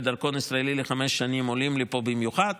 דרכון ישראלי לחמש שנים עולים לפה במיוחד,